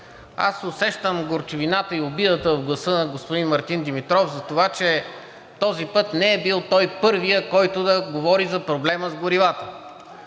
Аз усещам горчивината и обидата в гласа на господин Мартин Димитров за това, че този път не е бил той първият, който да говори за проблема с горивата.